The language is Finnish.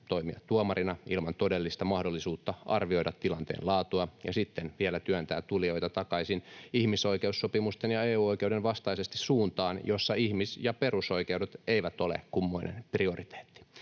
toimia tuomarina ilman todellista mahdollisuutta arvioida tilanteen laatua ja sitten vielä työntää tulijoita takaisin ihmisoikeussopimusten ja EU-oikeuden vastaisesti suuntaan, jossa ihmis- ja perusoikeudet eivät ole kummoinen prioriteetti.